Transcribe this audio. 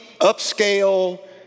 upscale